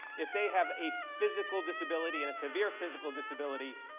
if they have a physical disability, and a severe physical disability,